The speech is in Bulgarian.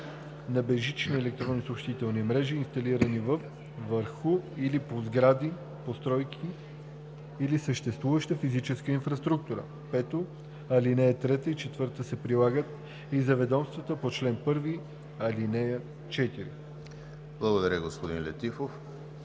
Благодаря, господин Летифов.